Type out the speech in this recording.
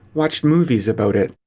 watched movies about it.